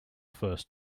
first